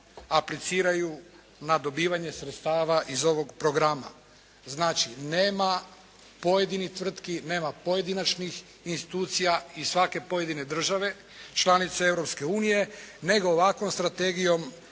apliciraju na dobivanje sredstava iz ovog Programa. Znači nema pojedinih tvrtki, nema pojedinačnih institucija i svake pojedine države članice Europske unije, nego ovakvom strategijom